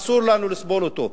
אסור לנו לסבול אותו.